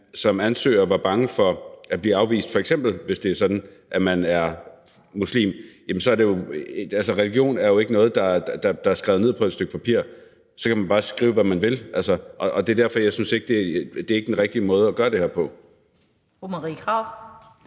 som ansøger er bange for at blive afvist, f.eks. hvis man er muslim. Men religion er jo ikke noget, man skriver ned på et stykke papir, og så kan man bare skrive, hvad man vil. Det er derfor, jeg ikke synes, at det er den rigtige måde at gøre det her på.